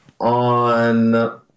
on